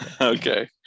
okay